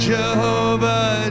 Jehovah